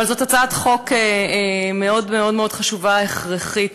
אבל זאת הצעת חוק מאוד מאוד חשובה, הכרחית,